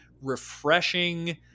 refreshing